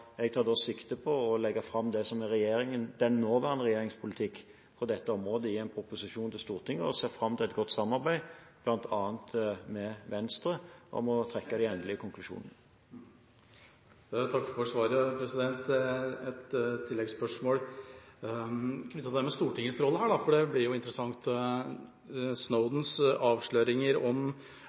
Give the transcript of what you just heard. Jeg tar sikte på å legge fram det som er den nåværende regjeringens politikk på dette området, i en proposisjon til Stortinget og ser fram til et godt samarbeid, bl.a. med Venstre, om å trekke den endelige konklusjonen. Takk for svaret. Et tilleggsspørsmål knyttet til Stortingets rolle, for det blir interessant: Snowdens avsløringer om